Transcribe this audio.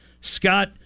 Scott